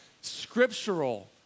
scriptural